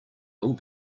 will